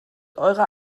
eurer